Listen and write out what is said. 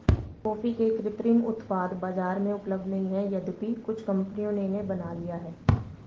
coffee के कृत्रिम उत्पाद बाजार में उपलब्ध नहीं है यद्यपि कुछ कंपनियों ने इन्हें बना लिया है